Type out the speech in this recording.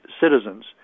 citizens